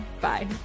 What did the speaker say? Bye